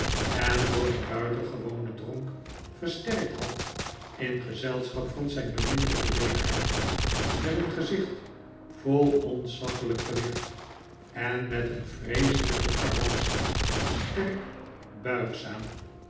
en door een buitengewonen dronk versterkt had in gezelschap van zijn beminnelijke wederhelft met een gezicjht vol ontzaglijk gewicht en met een vreeselijke karwats sterk buigzaam